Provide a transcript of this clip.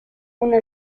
una